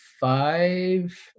five